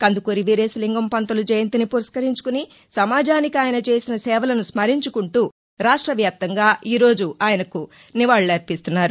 కందుకూరి వీరేశలింగం పంతులు జయంతిని పురస్కరించుకుని సమాజానికి ఆయన చేసిన సేవలను స్మరించుకుంటూ రాష్టవ్యాప్తంగా ఈరోజు ఆయనకు నివాకులర్పిస్తున్నారు